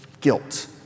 guilt